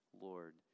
Lord